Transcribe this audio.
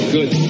Good